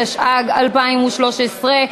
התשע"ג 2013,